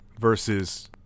Versus